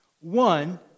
One